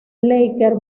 lakers